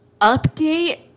update